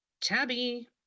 Tabby